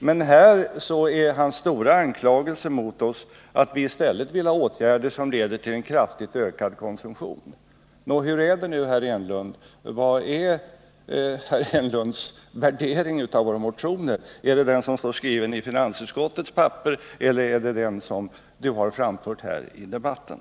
Men här är Eric Enlunds stora anklagelse mot oss att vi i stället vill ha åtgärder som leder till en kraftigt ökad konsumtion. Nå, hur är det nu, herr Enlund? Vilken är herr Enlunds värdering av våra motioner? Är det den som står skriven i finansutskottets papper eller är det den som ni har framfört här i debatten?